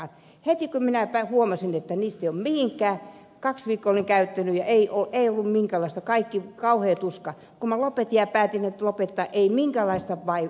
heti kun minä huomasin että niistä ei ole mihinkään kaksi viikkoa olin käyttänyt eikä ollut minkäänlaista vaikutusta kauhea tuska niin minä lopetin eikä ollut minkäänlaista vaikeutta